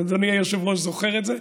אדוני היושב-ראש זוכר את זה.